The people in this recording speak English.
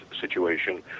situation